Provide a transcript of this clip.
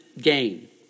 gain